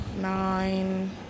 nine